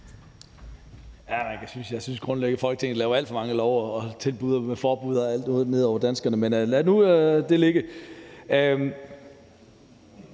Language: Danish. Jeg synes grundlæggende, Folketinget lægger alt for mange love og tilbud og forbud ned over danskerne, men lad nu det ligge.